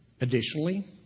Additionally